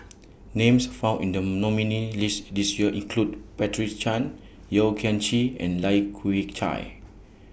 Names found in The nominees' list This Year include Patricia Chan Yeo Kian Chye and Lai Kew Chai